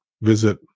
visit